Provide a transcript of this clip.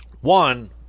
one